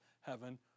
heaven